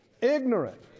ignorant